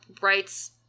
writes